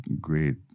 great